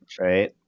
right